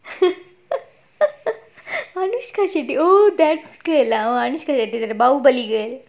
anushka shetty oh that girl lah anushka bahubali